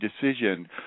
decision